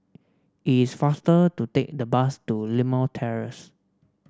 it is faster to take the bus to Limau Terrace